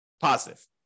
positive